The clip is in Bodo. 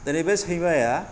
दिनै बे सैमाया